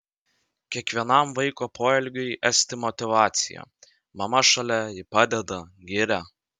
kiekvienam vaiko poelgiui esti motyvacija mama šalia ji padeda giria